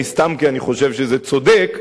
אני סתם כי אני חושב שזה צודק,